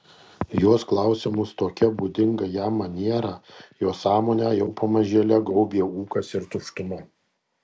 jos klausimus tokia būdinga jam maniera jo sąmonę jau pamažėle gaubė ūkas ir tuštuma